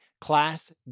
Class